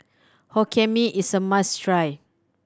Hokkien Mee is a must try